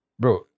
Bro